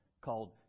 called